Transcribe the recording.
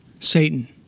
Satan